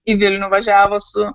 į vilnių važiavo su